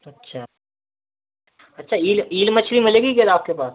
अच्छा अच्छा eel eel मछली मिलेगी क्या आपके पास